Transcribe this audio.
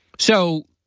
so